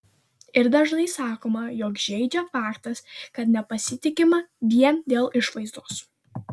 ir dažnai sakoma jog žeidžia faktas kad nepasitikima vien dėl išvaizdos